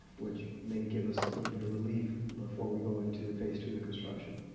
which may give us a little bit of relief before we go into the phase two of the construction.